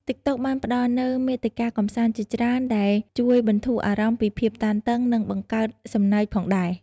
តិកតុកបានផ្ដល់នូវមាតិកាកម្សាន្តជាច្រើនដែលជួយបន្ធូរអារម្មណ៍ពីភាពតានតឹង និងបង្កើតសំណើចផងដែរ។